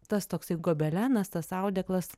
tas toksai gobelenas tas audeklas